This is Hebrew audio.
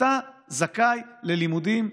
אתה זכאי ללימודים.